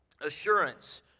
assurance